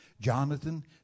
Jonathan